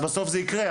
אז בסוף זה יקרה.